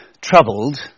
troubled